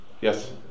Yes